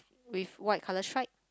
with white colour stripe